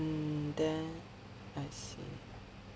and then I see